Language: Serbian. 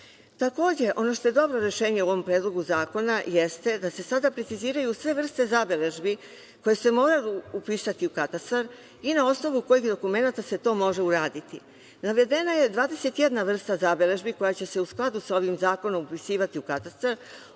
ono što je dobro rešenje u ovom Predlogu zakona jeste da se sada preciziraju sve vrste zabeležbi koje se moraju upisati u katastar i na osnovu kojih dokumenata se to može uraditi. Navedena je 21 vrsta zabeležbi koje će se u skladu sa ovim zakonom upisivati u katastar,